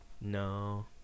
No